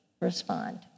respond